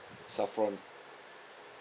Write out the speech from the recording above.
saffron